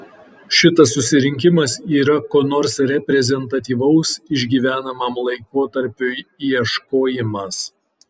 šitas susirinkimas yra ko nors reprezentatyvaus išgyvenamam laikotarpiui ieškojimas